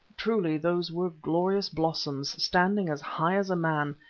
truly those were glorious blossoms, standing as high as a man,